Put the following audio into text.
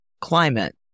climate